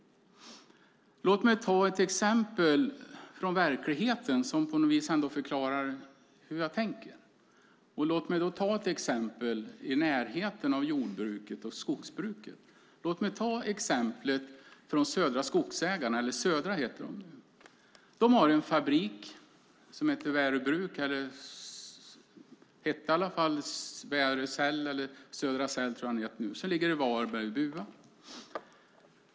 Ett exempel från verkligheten i närheten av jordbruket och skogsbruket förklarar hur jag tänker. Södra har en fabrik som heter Södra Cell Värö som ligger i Bua i Varberg.